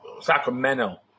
Sacramento